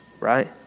Right